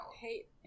Hate